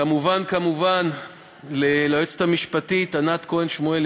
כמובן כמובן, ליועצת המשפטית, לענת כהן-שמואלי,